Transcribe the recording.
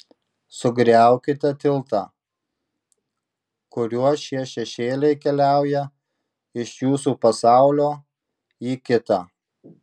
sugriaukite tiltą kuriuo šie šešėliai keliauja iš jūsų pasaulio į kitą